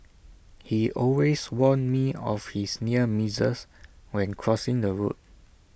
he always warn me of his near misses when crossing the road